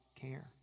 care